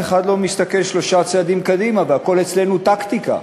אחד לא מסתכל שלושה צעדים קדימה והכול אצלנו טקטיקה.